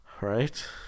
Right